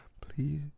Please